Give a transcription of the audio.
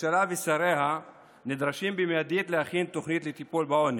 הממשלה ושריה נדרשים במיידית להכין תוכנית לטיפול בעוני.